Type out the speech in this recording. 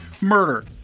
murder